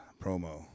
promo